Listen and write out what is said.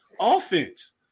offense